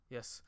Yes